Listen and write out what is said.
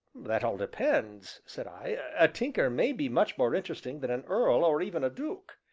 that all depends, said i a tinker may be much more interesting than an earl or even a duke.